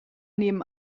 neben